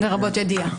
"לרבות ידיעה".